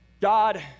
God